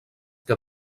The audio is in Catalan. que